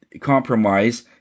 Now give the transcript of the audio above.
compromise